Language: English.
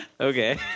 Okay